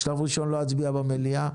בשלב ראשון לא אצביע במליאה.